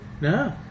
No